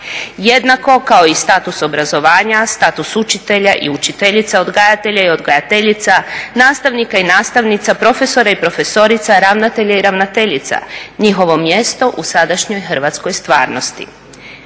jednako kao i status obrazovanja, status učitelja i učiteljica, odgajatelja i odgajateljica, nastavnika i nastavnica, profesora i profesorica, ravnatelja i ravnateljica njihovom mjesto u sadašnjoj hrvatskoj stvarnosti.